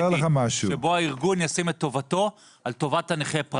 שבו הארגון ישים את טובתו לפני טובת הנכה.